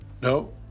No